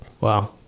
Wow